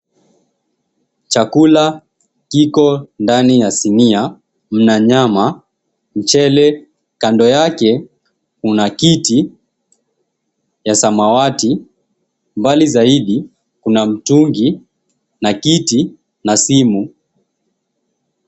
Chakula kiko ndani ya sinia na nyama ,mchele kando yake kuna kiti cha samawati na mbali zaidi kuna, mtungi, kiti, na simu.